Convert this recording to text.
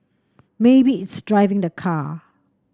maybe it's driving the car